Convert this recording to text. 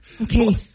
Okay